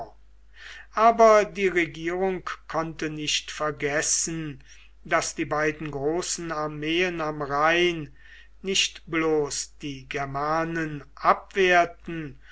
aber die regierung konnte nicht vergessen daß die beiden großen armeen am rhein nicht bloß die germanen abwehrten